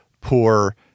poor